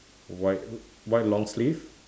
white white long sleeve